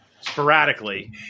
sporadically